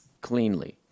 Cleanly